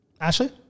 Ashley